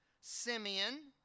Simeon